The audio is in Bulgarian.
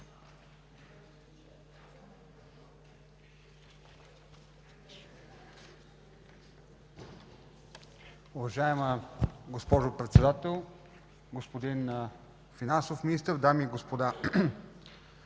Уважаема госпожо Председател, господин финансов Министър, дами и господа!